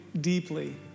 deeply